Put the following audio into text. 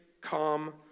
calm